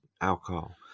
alcohol